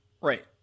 Right